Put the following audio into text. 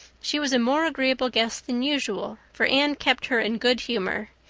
she was a more agreeable guest than usual, for anne kept her in good humor.